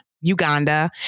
Uganda